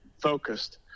focused